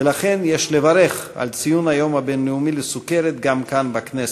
ולכן יש לברך על ציון היום הבין-לאומי לסוכרת גם כאן בכנסת.